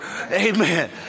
Amen